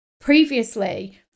previously